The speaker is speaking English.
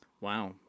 wow